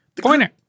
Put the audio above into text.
Pointer